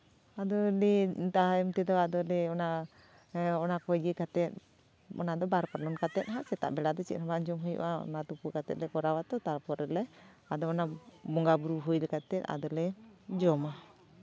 ᱟᱫᱚᱞᱮ ᱛᱟᱭᱚᱢ ᱛᱮᱫᱚ ᱟᱫᱚᱞᱮ ᱚᱱᱟ ᱚᱱᱟ ᱠᱚ ᱤᱭᱟᱹ ᱠᱟᱛᱮᱫ ᱚᱱᱟ ᱫᱚ ᱵᱟᱨ ᱯᱟᱞᱚᱱ ᱠᱟᱛᱮᱫ ᱦᱟᱸᱜ ᱥᱮᱛᱟᱜ ᱵᱮᱲᱟ ᱫᱚ ᱪᱮᱫ ᱦᱚᱸ ᱵᱟᱝ ᱡᱚᱢ ᱦᱩᱭᱩᱜᱼᱟ ᱚᱱᱟ ᱛᱩᱯᱩ ᱠᱟᱛᱮᱫ ᱞᱮ ᱠᱚᱨᱟᱣ ᱟᱛᱚ ᱛᱟᱨᱯᱚᱨᱮ ᱞᱮ ᱟᱫᱚ ᱚᱱᱟ ᱵᱚᱸᱜᱟᱼᱵᱩᱨᱩ ᱦᱩᱭ ᱠᱟᱛᱮᱫ ᱟᱫᱚᱞᱮ ᱡᱚᱢᱟ